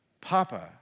Papa